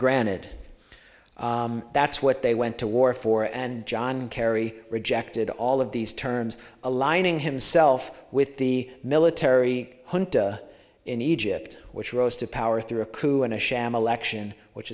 granted that's what they went to war for and john kerry rejected all of these terms aligning himself with the military junta in egypt which rose to power through a coup and a sham election which